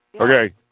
Okay